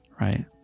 right